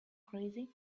crazy